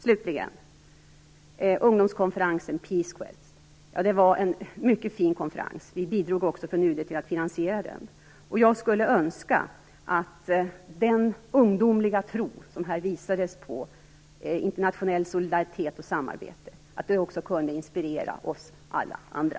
Slutligen: Ungdomskonferensen Peace Quest var en mycket fin konferens, och vi bidrog också från UD till att finansiera den. Jag skulle önska att den ungdomliga tro, internationella solidaritet och samarbete som där visades prov på också kunde inspirera oss alla andra.